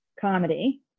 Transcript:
comedy